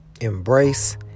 Embrace